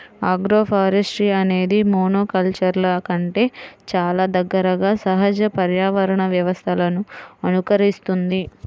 agroforestry అనేది మోనోకల్చర్ల కంటే చాలా దగ్గరగా సహజ పర్యావరణ వ్యవస్థలను అనుకరిస్తుంది